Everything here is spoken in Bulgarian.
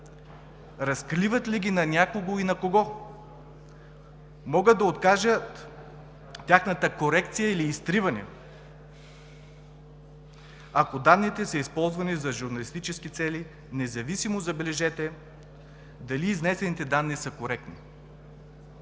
разкриват ли ги на някого и на кого. Могат да откажат тяхната корекция или изтриване, ако данните са използвани за журналистически цели, независимо, забележете, дали изнесените данни са коректни.